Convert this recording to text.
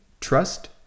trust